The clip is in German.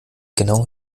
genau